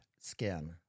skin